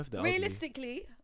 realistically